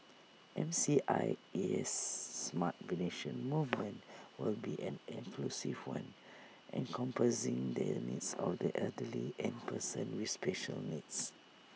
M C I E S smart venation movement will be an inclusive one encompassing the needs of the elderly and persons with special needs